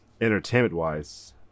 entertainment-wise